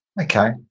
Okay